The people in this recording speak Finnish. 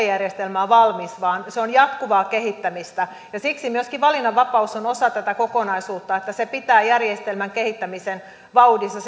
järjestelmä on valmis vaan se on jatkuvaa kehittämistä ja siksi myöskin valinnanvapaus on osa tätä kokonaisuutta että se pitää järjestelmän kehittämisen vauhdissa